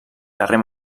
carrer